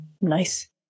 nice